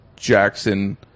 Jackson